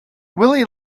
willie